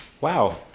Wow